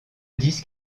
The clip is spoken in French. disque